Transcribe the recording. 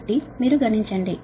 కాబట్టి మీరు గణించండి